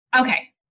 okay